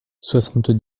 soixante